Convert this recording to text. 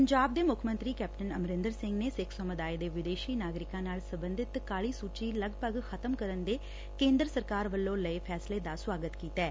ਪੰਜਾਬ ਦੇ ਮੁੱਖ ਮੰਤਰੀ ਕੈਪਟਨ ਅਮਰਿੰਦਰ ਸਿੰਘ ਨੇ ਸਿੱਖ ਸਮੁਦਾਇ ਦੇ ਵਿਦੇਸ਼ੀ ਨਾਗਰਿਕਾਂ ਨਾਲ ਸਬੰਧਤ ਕਾਲੀ ਸੁਚੀ ਲਗਭਗ ਖ਼ਤਮ ਕਰਨ ਦੇ ਕੇਂਦਰ ਸਰਕਾਰ ਵੱਲੋਂ ਲਏ ਫੈਸਲੇ ਦਾ ਸੁਵਾਗਤ ਕੀਤੈ